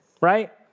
right